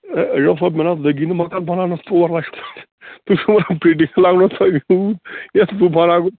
ہے ایجاج صٲب مےٚ نہَ حظ لٔگی نہٕ مکان بناونس ژور لچھ تۄہہِ چھُو وَنان فِٹِنٛگ لاگنس ہا یوٗت یے طوٗفاناہ گوٚو